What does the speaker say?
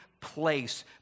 place